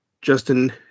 Justin